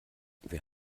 wer